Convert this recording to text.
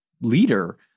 leader